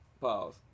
Pause